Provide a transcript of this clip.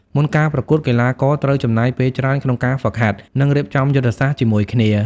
មុនការប្រកួត កីឡាករត្រូវចំណាយពេលច្រើនក្នុងការហ្វឹកហាត់ និងរៀបចំយុទ្ធសាស្ត្រជាមួយគ្នា។